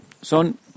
Son